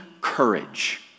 courage